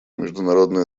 международное